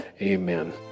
Amen